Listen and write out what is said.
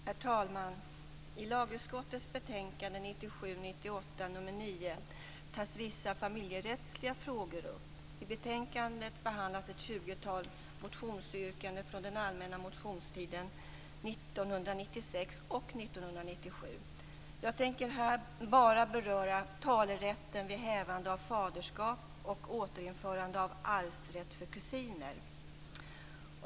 Herr talman! I lagutskottets betänkande betänkandet behandlas ett tjugotal motionsyrkanden från den allmänna motionstiden 1996 och 1997. Jag tänker här bara beröra talerätten vid hävande av faderskap och återinförande av arvsrätt för kusiner.